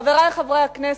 חברי חברי הכנסת,